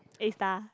a star